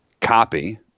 copy